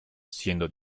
siendo